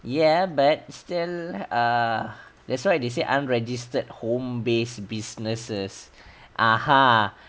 ya but still err that's why they say unregistered home based businesses ah ha